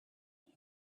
time